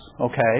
Okay